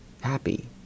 happy